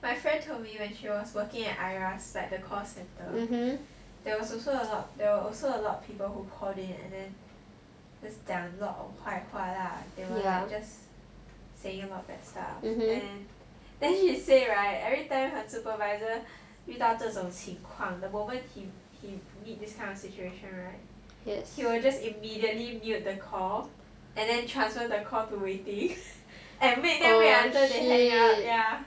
my friends from the U_S when she was working at I_R_A_S like the call centre there was also there are also a lot of people who called in and then 讲 a lot of 坏话 lah they were like just saying a lot of bad stuff then she say right every time her supervisor 遇到这种情况 the moment he meets this kind of situation right he will just immediately mute the call and then transfer the call to waiting and make wait until they hang up